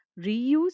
Reuse